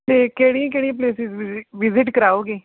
ਅਤੇ ਕਿਹੜੀਆਂ ਕਿਹੜੀਆਂ ਪਲੇਸਿਸ ਵਿਜਿ ਵਿਜਿਟ ਕਰਵਾਓਗੇ